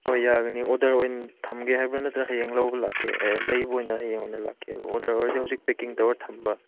ꯍꯣꯏ ꯌꯥꯒꯅꯤ ꯑꯣꯗꯔ ꯑꯣꯏꯅ ꯊꯝꯒꯦ ꯍꯥꯏꯕ꯭ꯔꯥ ꯅꯠꯇ꯭ꯔꯒ ꯍꯌꯦꯡ ꯂꯧꯕ ꯂꯥꯛꯀꯦ ꯂꯩꯕ ꯑꯣꯏꯅ ꯍꯌꯦꯡ ꯑꯣꯏꯅ ꯂꯥꯛꯀꯦ ꯍꯥꯏꯕ꯭ꯔꯥ ꯑꯣꯗꯔ ꯑꯣꯏꯔꯗꯤ ꯍꯧꯖꯤꯛ ꯄꯤꯀꯤꯡ ꯇꯧꯔꯒ ꯊꯝꯕ